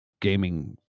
gaming